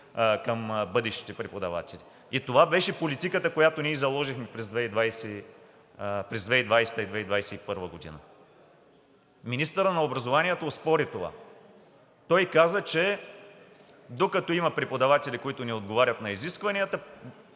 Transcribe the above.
към бъдещите преподаватели. Това беше политиката, която ние заложихме през 2020-а и 2021 г. Министърът на образованието оспори това. Той каза, че докато има преподаватели, които не отговарят на изискванията